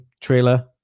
trailer